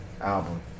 album